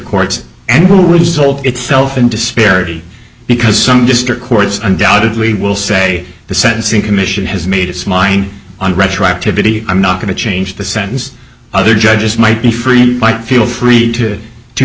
court and will result itself in disparity because some district courts undoubtedly will say the sentencing commission has made its mind on retroactivity i'm not going to change the sentence other judges might be free might feel free to to